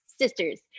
sisters